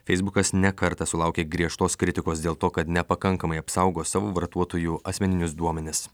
feisbukas ne kartą sulaukė griežtos kritikos dėl to kad nepakankamai apsaugo savo vartotojų asmeninius duomenis